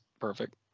perfect